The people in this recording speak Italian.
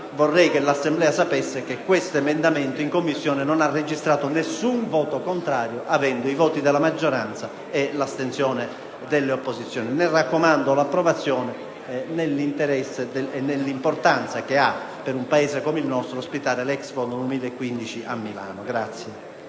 vorrei che l'Assemblea sapesse che questo emendamento in Commissione non ha registrato alcun voto contrario, avendo avuto i voti favorevoli della maggioranza e l'astensione dell'opposizione. Ne raccomando pertanto l'approvazione, data l'importanza che ha per un Paese come il nostro ospitare l'Expo 2015 a Milano.